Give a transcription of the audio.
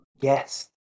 Yes